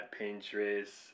Pinterest